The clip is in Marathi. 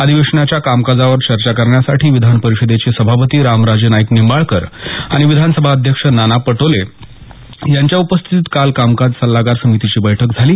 अधिवेशनाच्या कामकाजावर चर्चा करण्यासाठी विधान परिषदेचे सभापती रामराजे नाईक निंबाळकर आणि विधानसभा अध्यक्ष नाना पटोले यांच्या उपस्थितीत काल कामकाज सल्लागार समितीची बैठक झाली